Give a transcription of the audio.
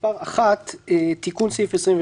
שעה 14:00 1. הצעת חוק-יסוד: